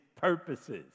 purposes